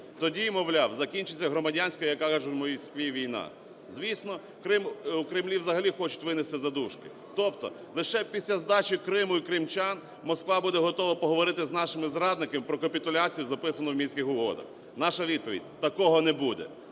Тоді, мовляв, закінчиться громадянська, як кажуть в Москві, війна. Звісно, Крим у Кремлі взагалі хочуть винести за дужки. Тобто лише після здачі Криму і кримчан Москва буде готова поговорити з нашими зрадниками про капітуляцію записану в Мінських угодах. Наша відповідь – такого не буде.